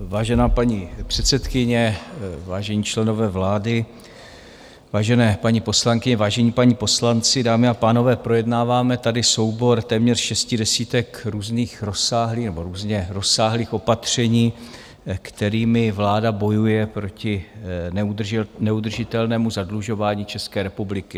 Vážená paní předsedkyně, vážení členové vlády, vážené paní poslankyně, vážení páni poslanci, dámy a pánové, projednáváme tady soubor téměř šesti desítek různě rozsáhlých opatření, kterými vláda bojuje proti neudržitelnému zadlužování České republiky.